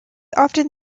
often